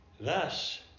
Thus